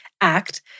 act